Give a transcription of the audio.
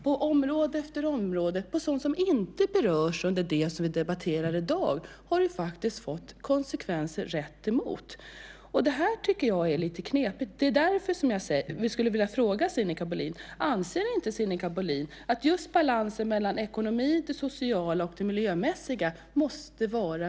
På område efter område för sådant som inte berörs av det vi debatterar i dag har det blivit konsekvenser som går rätt emot. Det är knepigt. Anser inte Sinikka Bohlin att det måste vara mer balans mellan ekonomin, det sociala och det miljömässiga?